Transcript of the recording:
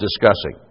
discussing